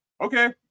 okay